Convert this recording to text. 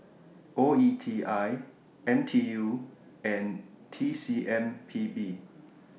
O E T I N T U and T C M P B